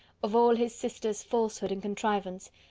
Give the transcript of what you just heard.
of all his sister's falsehood and contrivance!